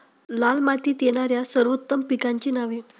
लाल मातीत येणाऱ्या सर्वोत्तम पिकांची नावे?